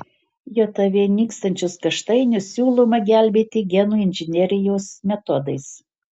jav nykstančius kaštainius siūloma gelbėti genų inžinerijos metodais